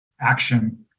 action